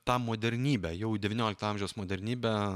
tą modernybę jau devyniolikto amžiaus modernybę